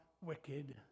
wicked